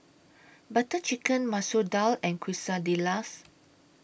Butter Chicken Masoor Dal and Quesadillas